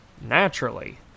Naturally